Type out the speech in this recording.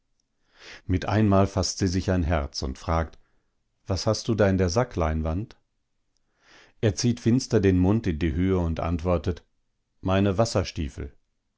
mit einmal faßt sie sich ein herz und fragt was hast du da in der sackleinwand er zieht finster den mund in die höhe und antwortet meine wasserstiefel